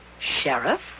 Sheriff